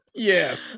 Yes